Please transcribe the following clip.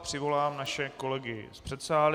Přivolám naše kolegy z předsálí.